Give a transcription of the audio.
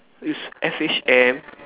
it's F_H_M